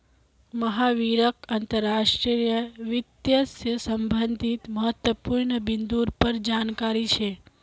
महावीरक अंतर्राष्ट्रीय वित्त से संबंधित महत्वपूर्ण बिन्दुर पर जानकारी छे